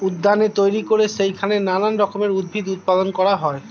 উদ্যানে তৈরি করে সেইখানে নানান রকমের উদ্ভিদ উৎপাদন করা হয়